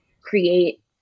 create